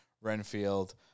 Renfield